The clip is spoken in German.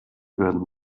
werden